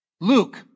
Luke